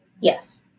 Yes